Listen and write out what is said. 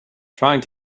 trying